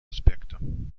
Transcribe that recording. аспекту